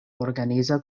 organiza